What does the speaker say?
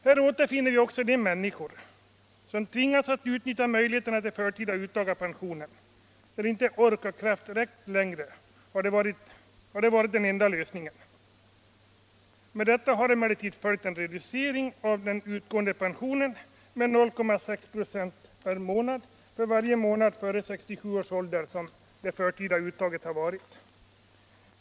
Här återfinner vi också de människor som tvingats att utnyttja möjligheterna till förtida uttag av pensionen — när inte ork och kraft räckt längre har det varit den enda lösningen. Med detta har emellertid följt en reducering av den utgående pensionen med 0,6 "» per månad för varje månad före 67 års ålder som det förtida uttaget har skett.